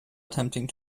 attempting